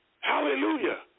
Hallelujah